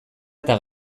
eta